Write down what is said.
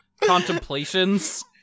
contemplations